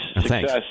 Thanks